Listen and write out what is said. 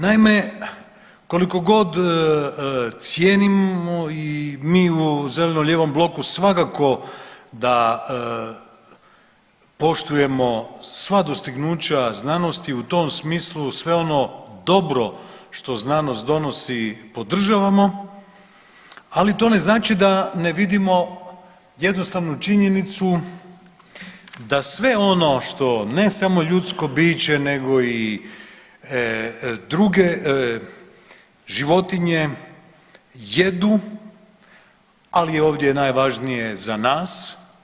Naime, koliko god cijenimo i mi u zeleno-lijevom bloku svakako da poštujemo sva dostignuća znanosti i u tom smislu sve ono dobro što znanost donosi podržavamo, ali to ne znači da ne vidimo jednostavnu činjenicu da sve ono što ne samo ljudsko biće nego i druge životinje jedu, ali ovdje je najvažnije za nas.